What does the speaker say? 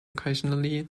occasionally